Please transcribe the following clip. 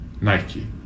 Nike